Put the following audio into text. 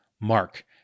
Mark